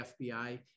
FBI